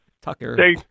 Tucker